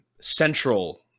Central